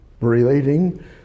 relating